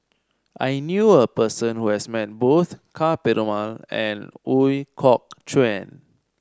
I knew a person who has met both Ka Perumal and Ooi Kok Chuen